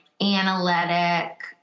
analytic